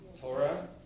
Torah